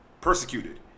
persecuted